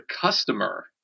customer